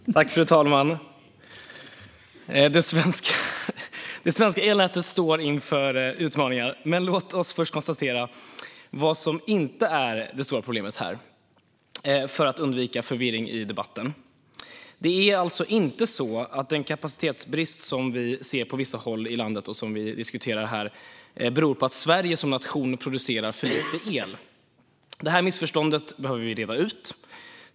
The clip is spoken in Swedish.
Fru talman! Lorentz Terawatt, kanske. Det svenska elnätet står inför utmaningar. Men låt oss för att undvika förvirring i debatten först konstatera vad som inte är det stora problemet här. Det är alltså inte så att den kapacitetsbrist som vi ser på vissa håll i landet och som vi diskuterar här beror på att Sverige som nation producerar för lite el. Det här missförståndet behöver vi reda ut.